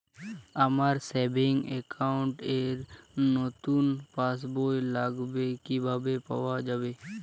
আমার savings account র নতুন পাসবই লাগবে কিভাবে পাওয়া যাবে?